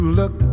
look